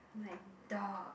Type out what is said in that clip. my dog